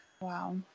Wow